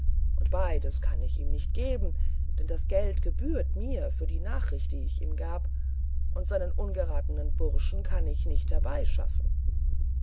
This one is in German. und beides kann ich nicht geben denn das geld gebührt mir für die nachricht die ich ihm gab und seinen ungeratenen burschen kann ich nicht